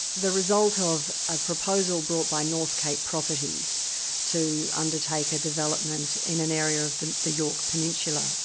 the result of a proposal brought by north cape properties to undertake a development in an area of the the york peninsula.